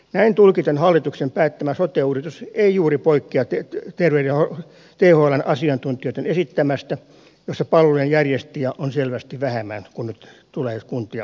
näin tulkiten hallituksen päättämä sote uudistus ei juuri poikkea thln asiantuntijoiden esittämästä jossa palvelujen järjestäjiä on selvästi vähemmän kuin nyt tulee kuntia olemaan